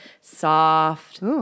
soft